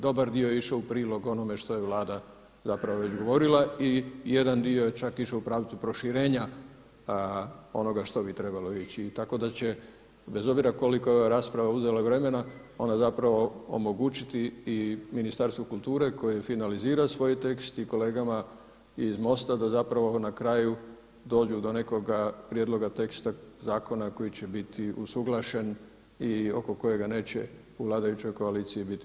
Dobar dio je išao u prilog onome što je Vlada zapravo izgovorila i jedan dio je čak išao u pravcu proširenja onoga što bi trebalo ići i tako da će bez obzira koliko je ova rasprava uzela vremena ona zapravo omogućiti i Ministarstvu kulture koje finalizira svoj tekst i kolegama iz Mosta da zapravo na kraju dođu do nekoga prijedloga teksta zakona koji će biti usuglašen i oko kojega neće u vladajućoj koaliciji biti razlika.